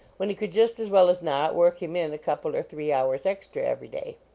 when he could just as well as not work him in a couple or three hours ex tra every day.